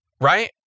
Right